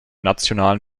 nationalen